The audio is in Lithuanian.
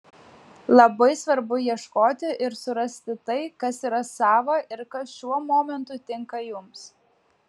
labai svarbu ieškoti ir surasti tai kas yra sava ir kas šiuo momentu tinka jums